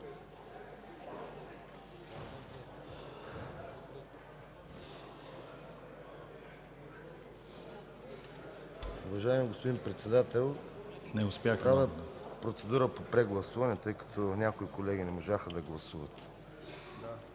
Уважаеми господин Председател, правя процедура по прегласуване, тъй като някои колеги не можаха да гласуват.